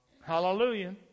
Hallelujah